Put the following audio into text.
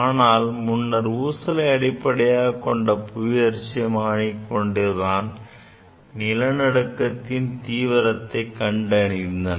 ஆனால் முன்னர் ஊசலை அடிப்படையாகக்கொண்ட புவி அதிர்ச்சிமானியை கொண்டுதான் நிலநடுக்கத்தின் தீவிரத்தை கண்டறிந்தனர்